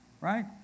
Right